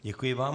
Děkuji vám.